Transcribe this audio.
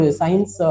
science